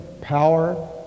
power